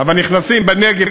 אבל נכנסים בנגב,